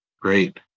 Great